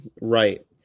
Right